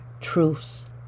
truths